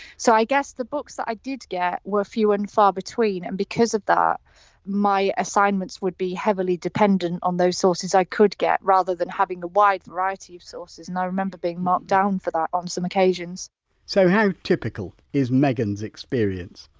so, i guess the books that i did get were few and far between and because of that my assignments would be heavily dependent on those sources i could get rather than having a wide variety of sources. and i remember being marked down for that on some occasions so, how typical is megan's experience?